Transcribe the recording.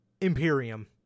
Imperium